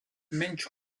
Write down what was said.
menys